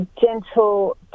gentle